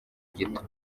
gito